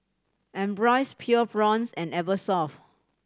Ambros Pure Blondes and Eversoft